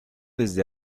desde